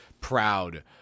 proud